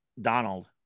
Donald